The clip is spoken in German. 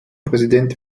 präsident